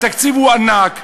התקציב הוא ענק.